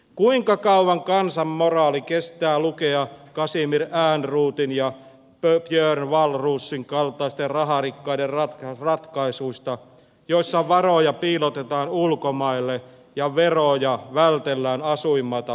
kuinka kauan kansan moraali kestää lukea casimir ehrnroothin ja björn wahlroosin kaltaisten raharikkaiden ratkaisuista joissa varoja piilotetaan ulkomaille ja veroja vältellään asuinmaata vaihtamalla